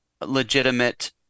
legitimate